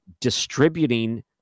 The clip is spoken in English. distributing